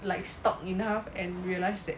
like stalk enough and realise that